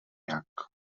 jak